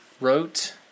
wrote